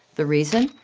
the reason?